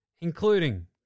including